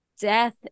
death